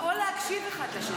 או להקשיב אחד לשני.